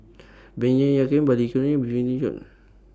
Baey Yam Keng Balli Kaur Jun